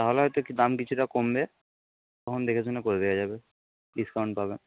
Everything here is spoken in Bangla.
তাহলে হয়তো দাম কিছুটা কমবে তখন দেখেশুনে করে দেওয়া যাবে ডিসকাউন্ট পাবে